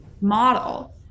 model